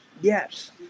yes